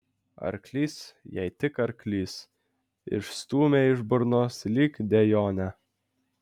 arklys jai tik arklys išstūmė iš burnos lyg dejonę